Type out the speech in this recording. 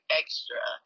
extra